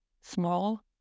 small